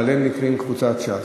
אבל הם נקראים קבוצת סיעת ש"ס.